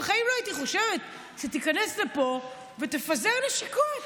בחיים לא הייתי חושבת שתיכנס לפה ותפזר נשיקות.